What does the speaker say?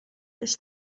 this